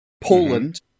poland